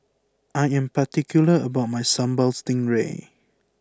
I am particular about my Symbal Stingray